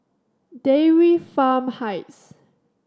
Dairy Farm Heights